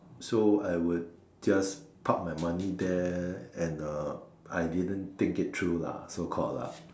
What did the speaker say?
so I would just Park my money there and uh I didn't think it through lah so called lah